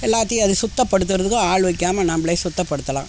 எல்லாத்தையும் அது சுத்தப்படுத்துறதுக்கும் ஆள் வெக்காமல் நம்மளே சுத்தப்படுத்தலாம்